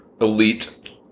elite